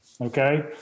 okay